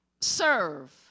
serve